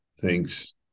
thanks